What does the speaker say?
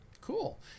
Cool